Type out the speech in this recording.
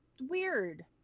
weird